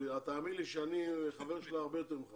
תאמין לי, אני חבר שלה הרבה יותר ממך